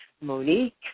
Monique